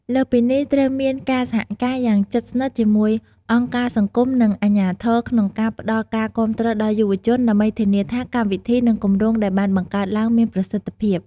លើសពីនេះ ត្រូវមានការសហការយ៉ាងជិតស្និទ្ធជាមួយអង្គការសង្គម និងអាជ្ញាធរ ក្នុងការផ្តល់ការគាំទ្រដល់យុវជន ដើម្បីធានាថាកម្មវិធី និងគម្រោងដែលបានបង្កើតឡើងមានប្រសិទ្ធភាព